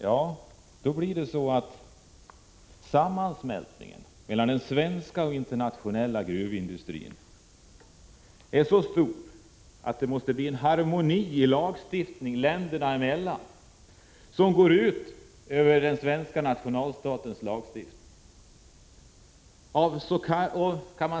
Till slut blir sammansmältningen mellan den svenska och den internationella gruvindustrin så stor att det blir harmonisering i lagstiftningen mellan länderna. Det går ut över den svenska nationalstatens lagstiftning.